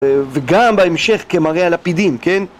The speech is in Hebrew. וגם בהמשך כמראה הלפידים, כן?